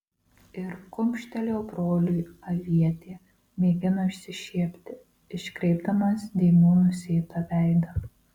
ir kumštelėjo broliui avietė mėgino išsišiepti iškreipdamas dėmių nusėtą veidą